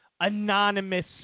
anonymous